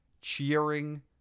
cheering